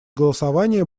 голосования